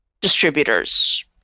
distributors